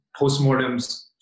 postmortems